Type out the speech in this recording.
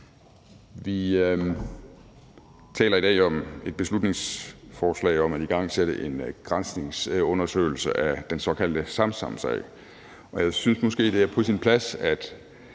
Vi taler i dag om et beslutningsforslag om at igangsætte en granskningsundersøgelse af den såkaldte Samsamsag. Og jeg synes måske, det er på sin plads at